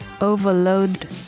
overload